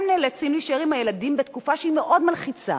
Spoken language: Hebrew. הם נאלצים להישאר עם הילדים בתקופה שהיא מאוד מלחיצה